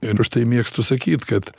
ir užtai mėgstu sakyt kad